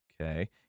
okay